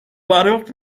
varios